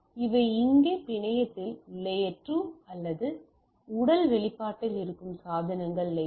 எனவே இவை இங்கே பிணையத்தில் லேயர் 2 அல்லது உடல்வெளிப்பாட்டில் இருக்கும் சாதனங்கள் லேயர்